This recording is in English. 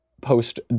post